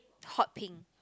hot pink